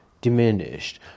diminished